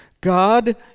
God